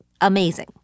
amazing